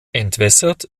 entwässert